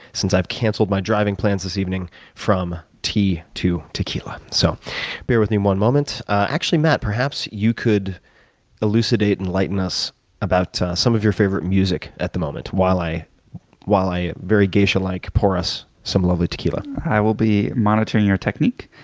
since i've cancelled my driving plans this evening from t to tequila. so bear with me one moment. actually matt, perhaps you could elucidate us, enlighten us about some of your favorite music at the moment while i while i very geisha-like pour us some lovely tequila. i will be monitoring your technique.